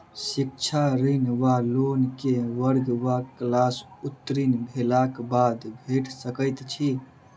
शिक्षा ऋण वा लोन केँ वर्ग वा क्लास उत्तीर्ण भेलाक बाद भेट सकैत छी?